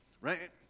right